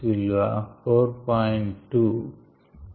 2